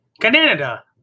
Canada